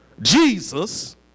Jesus